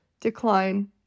decline